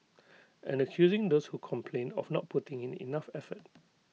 and accusing those who complained of not putting in the enough effort